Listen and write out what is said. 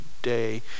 day